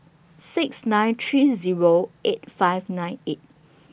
six nine three Zero eight five nine eight